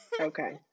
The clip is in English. Okay